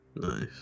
Nice